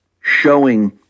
showing